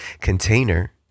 container